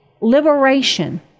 liberation